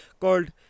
called